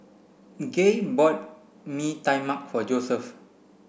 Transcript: Gaye bought Mee Tai Mak for Joeseph